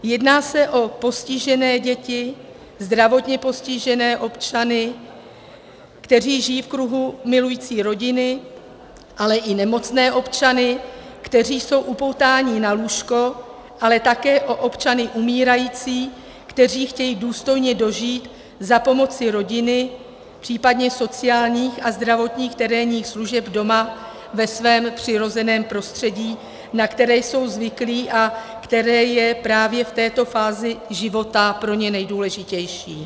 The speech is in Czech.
Jedná se o postižené děti, zdravotně postižené občany, kteří žijí v kruhu milující rodiny, ale i nemocné občany, kteří jsou upoutáni na lůžko, ale také o občany umírající, kteří chtějí důstojně dožít za pomoci rodiny, případně sociálních a zdravotních terénních služeb doma, ve svém přirozeném prostředí, na které jsou zvyklí a které je právě v této fázi života pro ně nejdůležitější.